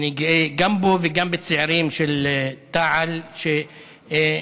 אני גאה גם בו וגם בצעירים של תע"ל, שאנשים